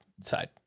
side